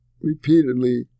repeatedly